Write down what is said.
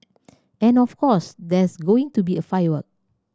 and of course there's going to be a firework